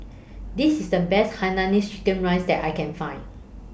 This IS The Best Hainanese Chicken Rice that I Can Find